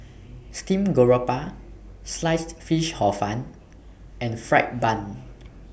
Steamed Garoupa Sliced Fish Hor Fun and Fried Bun